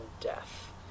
death